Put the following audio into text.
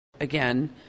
again